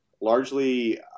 Largely